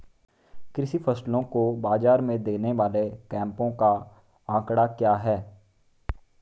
कृषि फसलों को बाज़ार में देने वाले कैंपों का आंकड़ा क्या है?